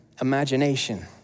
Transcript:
imagination